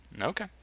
Okay